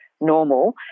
normal